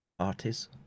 artists